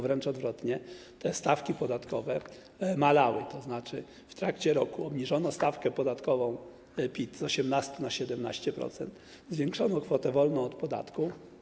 Wręcz odwrotnie, te stawki podatkowe malały, tzn. w trakcie roku obniżono stawkę podatkową PIT z 18% na 17%, zwiększono kwotę wolną od podatku.